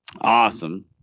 awesome